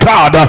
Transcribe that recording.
God